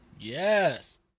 Yes